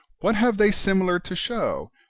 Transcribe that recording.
what have they similar to show,